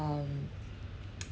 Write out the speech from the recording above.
um